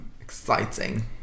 exciting